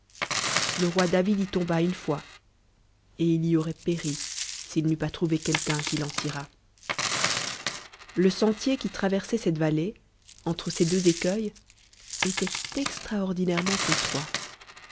le roi david y tomba une fois et il y auroit péri il n'ellt pas trouvé quelqu'un qui l'en tirât le sentier qui traversoit cette posivallée entre ces dcllx écueils était tion ii cruclle c extraordinairement étroit